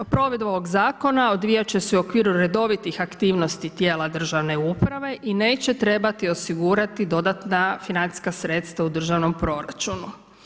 Provedba ovog zakona odvijat će se u okviru redovitih aktivnosti tijela državne uprave i neće trebati osigurati dodatna financijska sredstva u državnom proračunu.